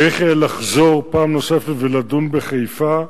צריך יהיה לחזור פעם נוספת ולדון בחיפה.